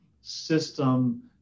system